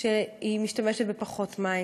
שמשתמשת בפחות מים,